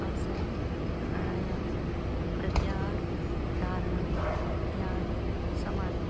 आसन प्रणायाम प्रत्याहार धारणा ध्यान समाधि